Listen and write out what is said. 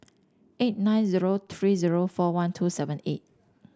eight nine zero three zero four one two seven eight